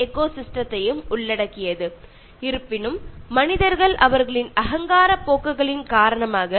പക്ഷേ മനുഷ്യർക്ക് ഒരു സ്വാർത്ഥത ഉള്ളതിനാൽ മറ്റാർക്കും വിട്ടുകൊടുക്കാതെ കൈക്കലാക്കി വയ്ക്കുന്നു